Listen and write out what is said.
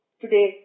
Today